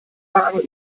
wahrer